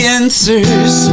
answers